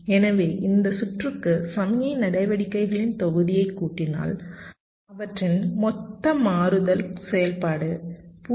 எனவே இந்த சுற்றுக்கு சமிக்ஞை நடவடிக்கைகளின் தொகையை கூட்டினால் அவற்றின் மொத்த மாறுதல் செயல்பாடு 0